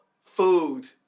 Food